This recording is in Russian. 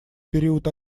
период